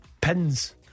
pins